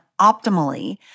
optimally